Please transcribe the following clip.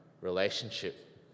relationship